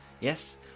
Yes